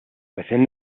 within